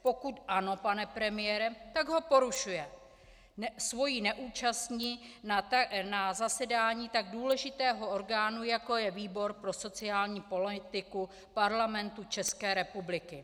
Pokud ano, pane premiére, tak ho porušuje svou neúčastí na zasedání tak důležitého orgánu, jako je výbor pro sociální politiku Parlamentu České republiky.